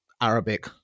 Arabic